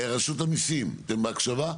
רשות המיסים, אתם בהקשבה?